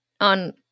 on